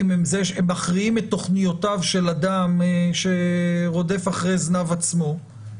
מכריעים את תכניותיו של אדם שרודף אחרי זנב עצמו,